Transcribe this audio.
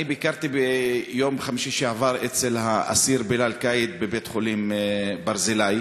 אני ביקרתי ביום חמישי שעבר אצל האסיר בילאל קאיד בבית-החולים ברזילי.